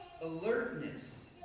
Alertness